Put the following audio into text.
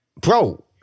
Bro